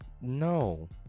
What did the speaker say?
No